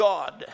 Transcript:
God